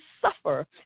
suffer